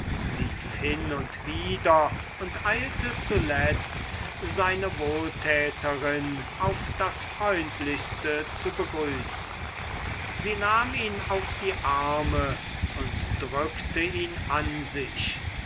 lief hin und wider und eilte zuletzt seine wohltäterin auf das freundlichste zu begrüßen sie nahm ihn auf die arme und drückte ihn an sich